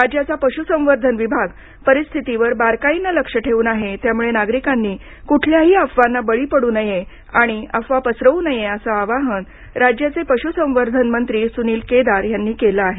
राज्याचा पशुसंवर्धन विभाग परिस्थितीवर बारकाईनं लक्ष ठेवून आहे त्यामुळे नागरिकांनी कुठल्याही अफवांना बळी पडू नये आणि अफवा पसरवू नये असं आवाहन राज्याचे पशुसंवर्धन मंत्री सुनील केदार यांनी केलं आहे